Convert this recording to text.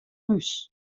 hús